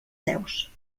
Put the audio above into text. seus